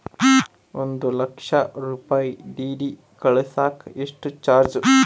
ಒಂದು ಲಕ್ಷ ರೂಪಾಯಿ ಡಿ.ಡಿ ಕಳಸಾಕ ಎಷ್ಟು ಚಾರ್ಜ್?